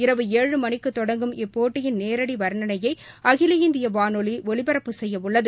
இரவு எழு மணிக்கு தொடங்கும் இப்போட்டியின் நேரடி வர்ணணையை அகில இந்திய வானொலி ஒலிபரப்பு செய்யவுள்ளது